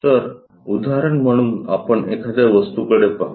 तर उदाहरण म्हणून आपण एखाद्या वस्तूकडे पाहू